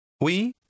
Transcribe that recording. Oui